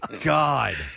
god